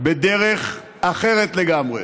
בדרך אחרת לגמרי.